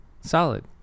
Solid